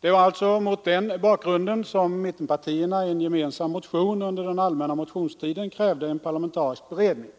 Det var alltså mot den bakgrunden som mittenpartierna i en gemensam motion under den allmänna motionstiden krävde en parlamentarisk beredning.